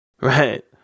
Right